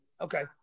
okay